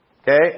Okay